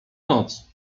noc